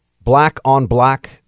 black-on-black